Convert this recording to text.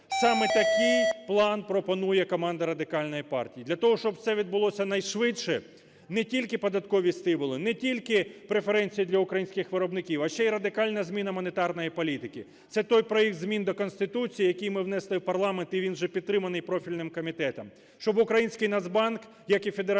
Саме такий план пропонує команда Радикальної партії. Для того, щоб все відбулося найшвидше, не тільки податкові стимули, не тільки преференції для українських виробників, а ще й радикальна зміна монетарної політики. Це той проект змін до Конституції, який ми внесли в парламент, і він вже підтриманий профільним комітетом, щоб український Нацбанк, як і Федеральна